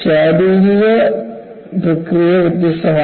ശാരീരിക പ്രക്രിയ വ്യത്യസ്തമാണ്